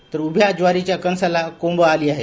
तर उभ्या ज्वारीच्या कणासाला कोंब आले आहे